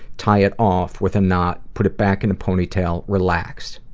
tie it off with a knot, put it back in a ponytail, relax.